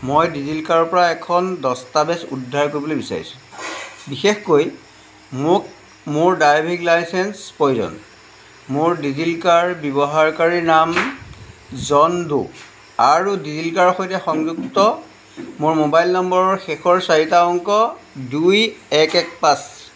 মই ডিজিলকাৰৰ পৰা এখন দস্তাবেজ উদ্ধাৰ কৰিবলৈ বিচাৰিছো বিশেষকৈ মোক মোৰ ড্ৰাইভিং লাইচেন্স প্ৰয়োজন মোৰ ডিজিলকাৰ ব্যৱহাৰকাৰী নাম জন ডো আৰু ডিজিলকাৰৰ সৈতে সংযুক্ত মোৰ মোবাইল নম্বৰৰ শেষৰ চাৰিটা অংক দুই এক এক পাঁচ